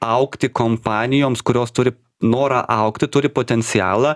augti kompanijoms kurios turi norą augti turi potencialą